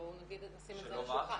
בואו נשים את זה על השולחן.